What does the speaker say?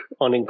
on